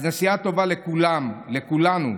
אז נסיעה טובה לכולם, לכולנו.